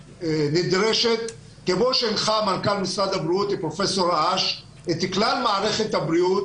הנדרשת כמו שהנחה מנכ"ל משרד הבריאות פרופסור אש את כלל מערכת הבריאות,